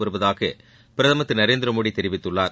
வருவதாக பிரதமர் திரு நரேந்திரமோடி தெரிவித்துள்ளார்